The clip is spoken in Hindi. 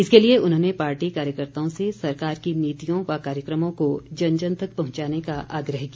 इसके लिए उन्होंने पार्टी कार्यकर्ताओं से सरकार की नीतियों व कार्यक्रमों को जन जन तक पहुंचाने का आग्रह किया